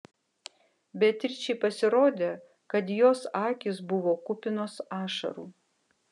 beatričei pasirodė kad jos akys buvo kupinos ašarų